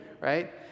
right